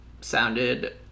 sounded